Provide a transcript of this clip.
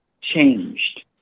changed